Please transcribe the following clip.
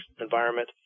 environment